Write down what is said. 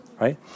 Right